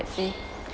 let's say